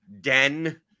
den